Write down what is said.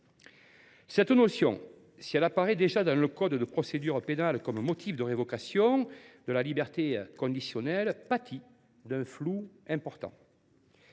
Cette notion, si elle apparaît déjà dans le code de procédure pénale comme motif de révocation de la liberté conditionnelle, pâtit d’un flou important.